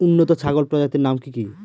উন্নত ছাগল প্রজাতির নাম কি কি?